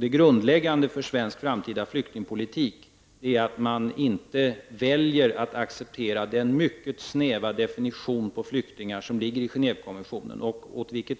Det grundläggande för svensk framtida flyktingpolitik är att vi i Sverige inte väljer att acceptera den mycket snäva definition på flyktingar som Genèvekonventionen innebär -- åt det håll åt vilket